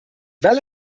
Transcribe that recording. well